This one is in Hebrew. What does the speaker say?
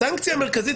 הסנקציה המרכזית,